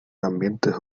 ambientes